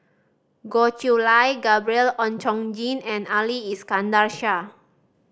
Goh Chiew Lye Gabriel Oon Chong Jin and Ali Iskandar Shah